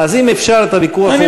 אז אם אפשר את הוויכוח העובדתי הזה,